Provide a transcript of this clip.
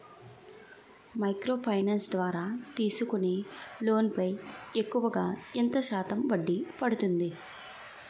Micro finance ద్వారా తీసుకునే loan పై ఎక్కువుగా ఎంత శాతం వడ్డీ పడుతుంది?